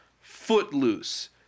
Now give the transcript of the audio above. footloose